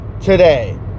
today